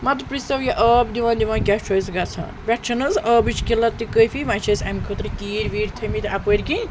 مَہ تہٕ پرٛژھۍ تو یہِ آب دِوان دِوان کیٛاہ چھُ اسہِ گژھان پٮ۪ٹھ چھَنہٕ حظ آبٕچۍ قلت تہِ کٲفی وۄنۍ چھِ اسہِ امہِ خٲطرٕ کیٖرۍ ویٖرۍ تھٲمِتۍ اَپٲرۍ کِنۍ